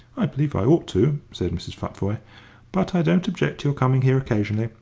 i believe i ought to, said mrs. futvoye but i don't object to your coming here occasionally,